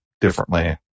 differently